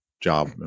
job